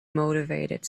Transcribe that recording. motivated